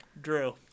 Drew